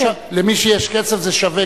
הזה,